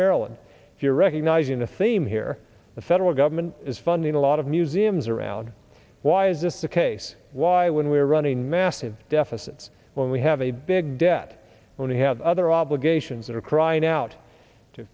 maryland if you're recognizing the theme here the federal government is funding a lot of museums around why is this the case why when we're running massive deficits when we have a big debt when we have other obligations that are crying out to